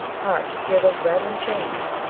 hark! hear those rattling chains,